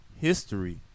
history